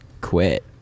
quit